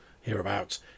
hereabouts